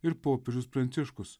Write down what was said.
ir popiežius pranciškus